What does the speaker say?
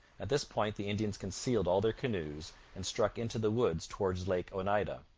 at this point the indians concealed all their canoes and struck into the woods towards lake oneida.